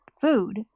food